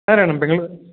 ಹಾಂ ರೀ ನಮ್ದು ಬೆಂಗ್ಳೂರು